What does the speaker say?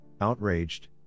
outraged